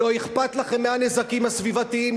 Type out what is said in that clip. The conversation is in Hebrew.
לא אכפת לכם מהנזקים הסביבתיים.